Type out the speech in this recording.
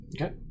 Okay